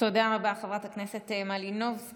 תודה רבה, חברת הכנסת מלינובסקי.